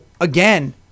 again